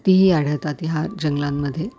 ती ही आढळतात ह्या जंगलांमध्ये